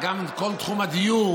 לדוגמה.